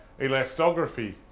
elastography